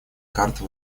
карты